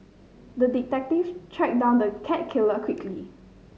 the detective tracked down the cat killer quickly